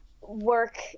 work